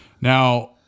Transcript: Now